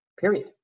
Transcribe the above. Period